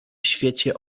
świecie